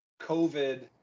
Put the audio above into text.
covid